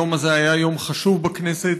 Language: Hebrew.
היום הזה היה יום חשוב בכנסת,